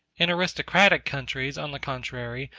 in aristocratic countries, on the contrary,